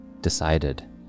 decided